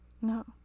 No